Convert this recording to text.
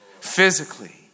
physically